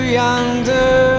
yonder